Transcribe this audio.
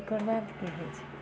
ओकरबाद की होइ छै